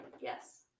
Yes